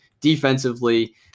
defensively